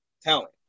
talent